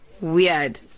Weird